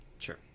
Sure